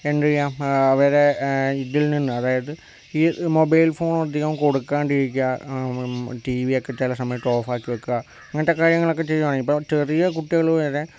എന്ത് ചെയ്യാം അവരെ ഇതിൽ നിന്ന് അതായത് ഈ മൊബൈൽ ഫോൺ അധികം കൊടുക്കാണ്ടിരിക്കുക ടീവിയൊക്കെ ചില സമയത്ത് ഓഫാക്കി വക്കുക അങ്ങനത്തെ കാര്യങ്ങളൊക്കെ ചെയ്യുവാനെങ്കിൽ ഇപ്പം ചെറിയ കുട്ടികള് വരെ